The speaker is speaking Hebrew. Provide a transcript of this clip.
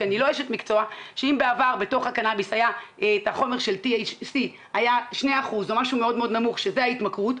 אם בעבר בתוך הקנאביס היה 2% מהחומר שגורם להתמכרות,